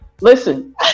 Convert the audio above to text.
listen